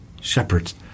shepherds